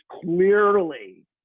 clearly